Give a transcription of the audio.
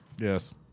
Yes